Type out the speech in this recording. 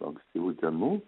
ankstyvų dienų